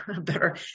better